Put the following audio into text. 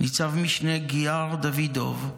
ניצב-משנה ג'יאר דוידוב,